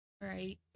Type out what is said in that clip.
right